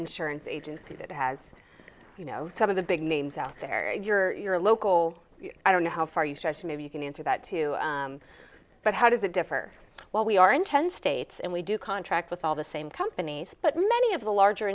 insurance agency that has you know some of the big names out there if you're your local i don't know how far you stretch maybe you can answer that too but how does it differ while we are in ten states and we do contract with all the same companies but many of the larger